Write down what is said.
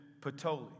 Patoli